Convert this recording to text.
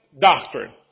doctrine